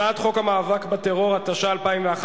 חבל על הזמן,